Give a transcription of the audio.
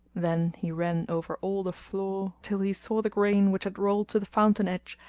then he ran over all the floor till he saw the grain which had rolled to the fountain edge,